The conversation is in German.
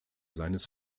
seines